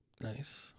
Nice